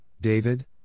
David